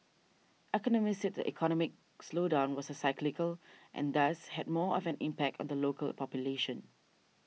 economists said the economic slowdown was cyclical and thus had more of an impact on the local population